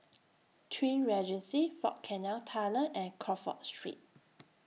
Twin Regency Fort Canning Tunnel and Crawford Street